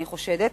אני חושדת,